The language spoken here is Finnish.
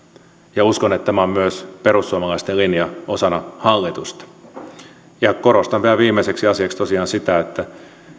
ja uskon että tämä on myös perussuomalaisten linja osana hallitusta ja korostan vielä viimeiseksi asiaksi tosiaan sitä että